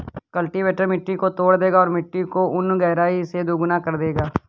cultivator मिट्टी को तोड़ देगा और मिट्टी को उन गहराई से दोगुना कर देगा